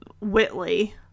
Whitley